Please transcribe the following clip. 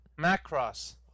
Macross